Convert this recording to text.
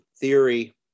theory